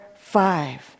five